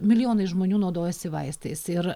milijonai žmonių naudojasi vaistais ir